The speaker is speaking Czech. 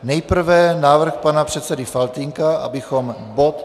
Nejprve návrh pana předsedy Faltýnka, abychom bod...